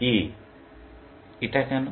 A এটা কেন